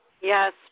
Yes